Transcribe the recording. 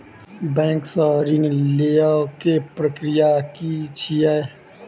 Bank सऽ ऋण लेय केँ प्रक्रिया की छीयै?